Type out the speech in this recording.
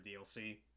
DLC